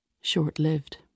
short-lived